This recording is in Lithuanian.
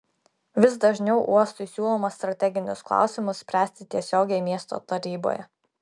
vis dažniau uostui siūloma strateginius klausimus spręsti tiesiogiai miesto taryboje